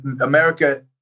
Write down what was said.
america